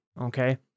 okay